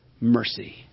mercy